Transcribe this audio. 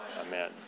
amen